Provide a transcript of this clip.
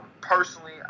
personally